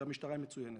שהמשטרה היא מצוינת.